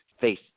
face